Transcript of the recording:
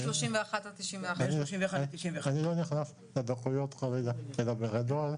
מ-31 עד 91. אני כרגע לא נכנס לדקויות אלא מדבר בגדול.